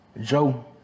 Joe